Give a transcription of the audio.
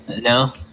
No